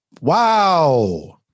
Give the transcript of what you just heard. Wow